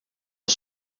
een